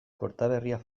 kortaberria